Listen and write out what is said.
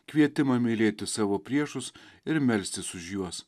kvietimą mylėti savo priešus ir melstis už juos